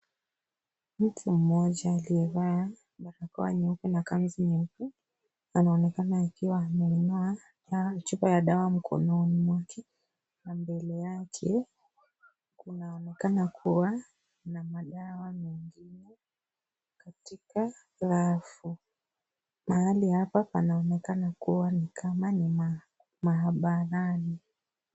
Mtu mmoja aliyevaa barakoa nyeupe na kanzu nyeupe anaonekana akiwa ameinua chupa ya dawa mkononi mwake, na mbele yake kunaonekana kuwa na madawa mengine katika rafu mahali hapa panaonekana ni kama ni maabarani.